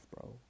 bro